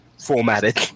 formatted